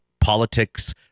politics